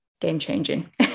game-changing